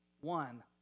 One